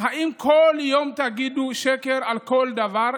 האם כל יום תגידו שקר על כל דבר,